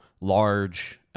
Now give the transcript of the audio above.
large